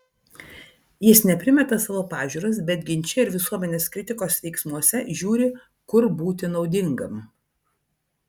jis ne primeta savo pažiūras bet ginče ir visuomenės kritikos veiksmuose žiūri kur būti naudingam